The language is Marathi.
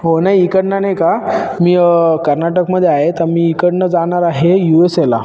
हो नाही इकडनं नाही का मी कर्नाटकमध्ये आहे तर मी इकडनं जाणार आहे यू एस एला